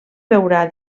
veurà